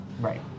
Right